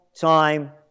time